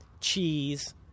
cheese